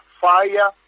fire